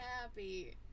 happy